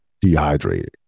dehydrated